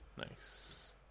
nice